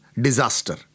disaster